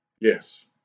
Yes